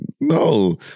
no